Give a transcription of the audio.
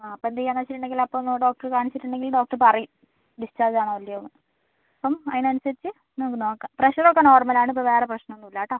ആ അപ്പം എന്ത് ചെയ്യാന്ന് വെച്ചിട്ട് ഉണ്ടെങ്കിൽ അപ്പം ഒന്ന് ഡോക്ടർ കാണിച്ചിട്ടുണ്ടെങ്കിൽ ഡോക്ടർ പറയും ഡിസ്ചാർജ് ആണോ അല്ലയോ എന്ന് അപ്പം അതിന് അനുസരിച്ച് നമുക്ക് നോക്കാം പ്രഷർ ഒക്കെ നോർമൽ ആണ് ഇപ്പം വേറെ പ്രശ്നം ഒന്നും ഇല്ല കേട്ടോ